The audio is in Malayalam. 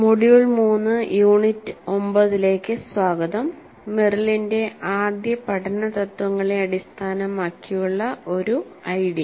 മൊഡ്യൂൾ 3 യൂണിറ്റ് 9 ലേക്ക് സ്വാഗതം മെറിലിന്റെ ആദ്യ പഠന തത്വങ്ങളെ അടിസ്ഥാനമാക്കിയുള്ള ഒരു ഐഡി